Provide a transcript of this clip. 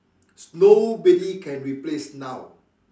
nobody can replace now